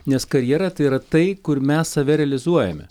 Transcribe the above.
nes karjera tai yra tai kur mes save realizuojame